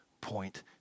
point